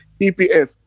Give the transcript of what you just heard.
EPF